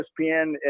ESPN